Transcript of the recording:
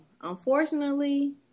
unfortunately